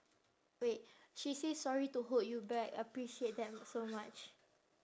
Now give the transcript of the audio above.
wait she say sorry to hold you back appreciate that so much